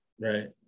right